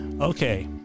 Okay